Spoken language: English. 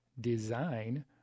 design